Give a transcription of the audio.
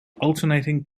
alternating